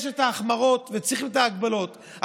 יש החמרות וצריכים את ההגבלות,